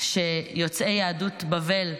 שיוצאי יהדות בבל,